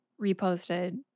reposted